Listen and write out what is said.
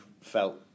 felt